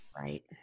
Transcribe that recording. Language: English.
right